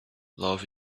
love